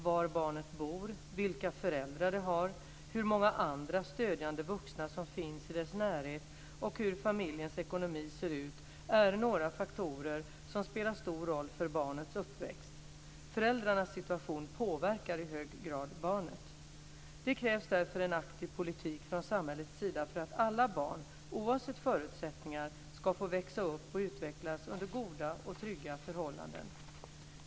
Var barnet bor, vilka föräldrar det har, hur många andra stödjande vuxna som finns i dess närhet och hur familjens ekonomi ser ut är några faktorer som spelar stor roll för barnets uppväxt. Föräldrarnas situation påverkar i hög grad barnet. Det krävs därför en aktiv politik från samhällets sida för att alla barn, oavsett förutsättningar, ska få växa upp och utvecklas under goda och trygga förhållanden.